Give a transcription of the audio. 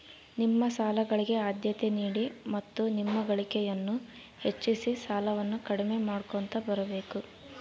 ನಿಮ್ಮ ಸಾಲಗಳಿಗೆ ಆದ್ಯತೆ ನೀಡಿ ಮತ್ತು ನಿಮ್ಮ ಗಳಿಕೆಯನ್ನು ಹೆಚ್ಚಿಸಿ ಸಾಲವನ್ನ ಕಡಿಮೆ ಮಾಡ್ಕೊಂತ ಬರಬೇಕು